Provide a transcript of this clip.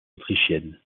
autrichienne